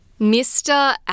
Mr